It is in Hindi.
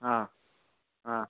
हाँ हाँ